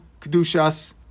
Kedushas